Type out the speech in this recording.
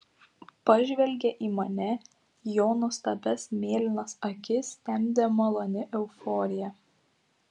pažvelgė į mane jo nuostabias mėlynas akis temdė maloni euforija